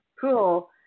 Cool